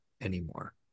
anymore